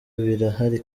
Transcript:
birahari